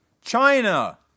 China